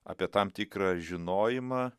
apie tam tikrą žinojimą